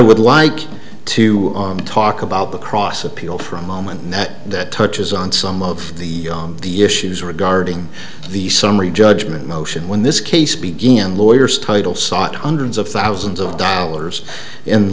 would like to talk about the cross appeal for a moment that that touches on some of the issues regarding the summary judgment motion when this case began lawyers title sought hundreds of thousands of dollars